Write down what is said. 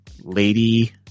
lady